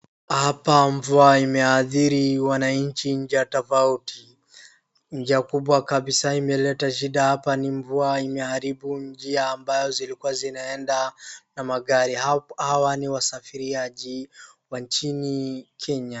Hapa mvua imehadhiri wananchi njia tofauti. Njia kubwa kabisa imeleta shida hapa, ni mvua imeharibu njia ambayo zilikuwa zinaenda na magari. Hawa ni wasafiriaji wa nchini Kenya.